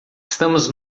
estamos